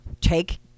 take